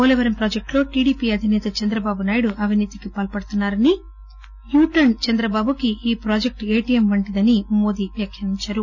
పోలవరం ప్రాజెక్టులో టిడిపి అధినేత చంద్రబాబునాయుడు అవినీతికి పాల్చడుతున్నా రని యూటర్చ చంద్రబాబుకి ఈ ప్రాజెక్లు ఏటిఎం వంటిదని ఆయన ఆరోపించారు